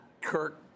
Kirk